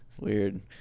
Weird